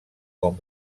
com